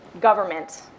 government